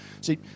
See